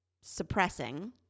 suppressing